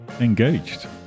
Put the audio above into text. Engaged